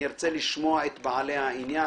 אני ארצה לשמוע את בעלי העניין,